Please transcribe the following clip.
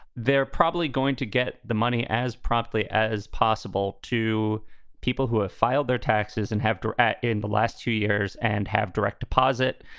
they're probably going to get the money as promptly as possible to people who have filed their taxes and have to add in the last two years and have direct deposit.